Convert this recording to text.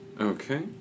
Okay